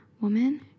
woman